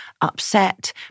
upset